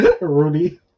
rudy